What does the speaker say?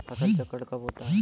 फसल चक्रण कब होता है?